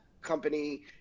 company